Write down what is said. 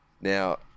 Now